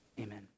Amen